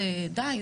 די,